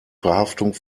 verhaftung